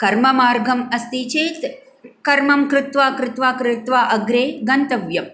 कर्ममार्गम् अस्ति चेत् कर्मं कृत्वा कृत्वा कृत्वा अग्रे गन्तव्यं